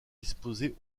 disposés